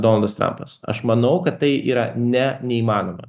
donaldas trampas aš manau kad tai yra ne neįmanoma